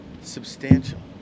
Substantial